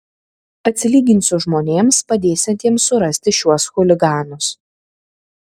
atsilyginsiu žmonėms padėsiantiems surasti šiuos chuliganus